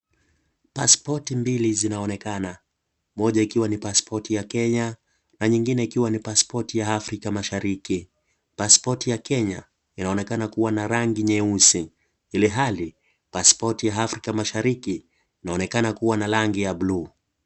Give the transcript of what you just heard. Pasipoti mbili zinaonekana, moja ikiwa ni pasipoti ya Kenya na nyingine ikiwa ni pasipoti ya Afrika mashariki, pasipoti ya Kenya inaonekana kuwa na rangi nyeusi ilhali pasipoti ya Afrika mashariki inaonekana kuwa na rangi ya buluu.